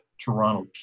toronto